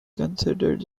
considered